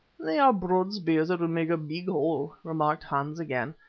they are broad spears that would make a big hole, remarked hans again,